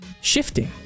Shifting